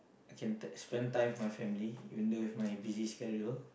I can t~ spend time with my family even though with my busy schedule